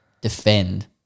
defend